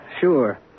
Sure